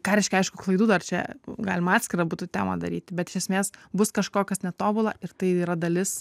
ką reiškia aišku klaidų dar čia galima atskirą būtų temą daryti bet iš esmės bus kažko kas netobula ir tai yra dalis